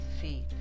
feet